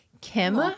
kim